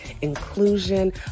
inclusion